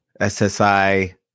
SSI